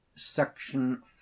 Section